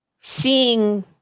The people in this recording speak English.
seeing